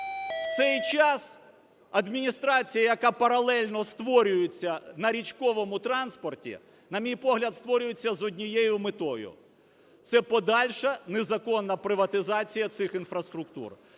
у цей час адміністрація, яка паралельно створюється на річковому транспорті, на мій погляд, створюється з однією метою – це подальша незаконна приватизація цих інфраструктур.